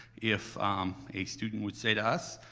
if a student would say to us,